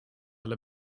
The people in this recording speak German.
alle